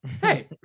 Hey